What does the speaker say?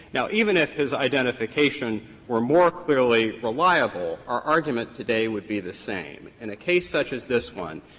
now, even if his identification were more clearly reliable, our argument today would be the same. in a case such as this one,